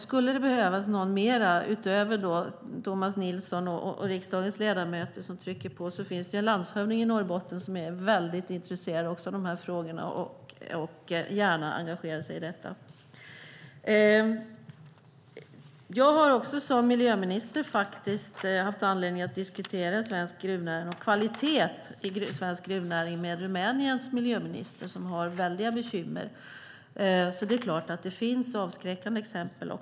Skulle det behövas fler, utöver Tomas Nilsson och andra ledamöter i riksdagen, som trycker på finns en landshövding i Norrbotten som är mycket intresserad av dessa frågor och gärna engagerar sig i dem. Som miljöminister har jag haft anledning att diskutera svensk gruvnäring och kvaliteten i svensk gruvnäring med Rumäniens miljöminister. Där har man väldiga bekymmer, så det finns även avskräckande exempel.